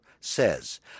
says